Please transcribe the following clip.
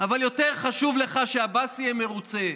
אבל יותר חשוב לך שעבאס יהיה מרוצה,